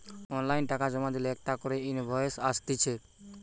online টাকা জমা দিলে একটা করে ইনভয়েস আসতিছে